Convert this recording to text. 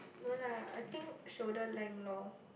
no lah I think shoulder length lor